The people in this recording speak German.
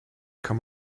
kann